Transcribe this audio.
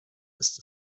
ist